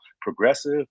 progressive